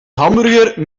hamburger